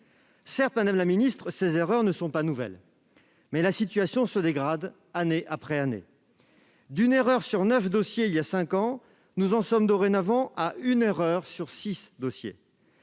Certes, madame la ministre, ces erreurs ne sont pas nouvelles, mais la situation se dégrade année après année. D'une erreur sur neuf dossiers il y a cinq ans, nous en sommes dorénavant à une erreur sur six dossiers